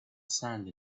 sand